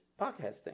podcasting